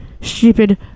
stupid